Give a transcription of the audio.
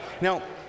Now